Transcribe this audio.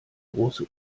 große